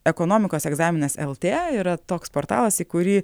ekonomikos egzaminas eltė yra toks portalas į kurį